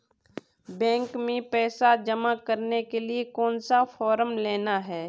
Bank में पैसा जमा करने के लिए कौन सा फॉर्म लेना है?